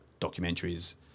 documentaries